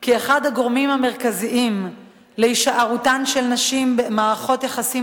כי אחד הגורמים המרכזיים להישארותן של נשים במערכות יחסים